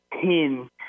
pin—